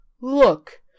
Look